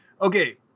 Okay